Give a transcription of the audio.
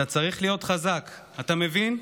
אתה צריך להיות חזק, אתה מבין?